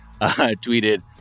tweeted